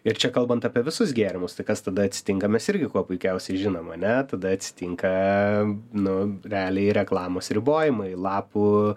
ir čia kalbant apie visus gėrimus tai kas tada atsitinka mes irgi kuo puikiausiai žinom ane tada atsitinka nu realiai reklamos ribojimai lapų